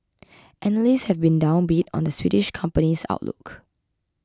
analysts have been downbeat on the Swedish company's outlook